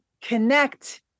connect